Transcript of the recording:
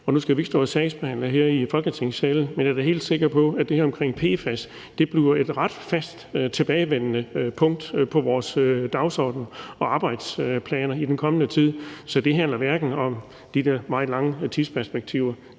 Nu skal vi ikke stå og sagsbehandle her i Folketingssalen, men jeg er da helt sikker på, at det her omkring PFAS bliver et ret fast tilbagevendende punkt på vores dagsorden og i vores arbejdsplaner i den kommende tid. Så det handler ikke om de der meget lange tidsperspektiver.